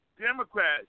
Democrats